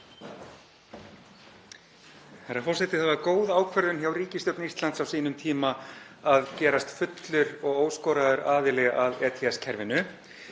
Herra forseti. Það var góð ákvörðun hjá ríkisstjórn Íslands á sínum tíma að gerast fullur og óskoraður aðili að ETS-kerfinu